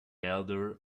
elder